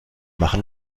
machen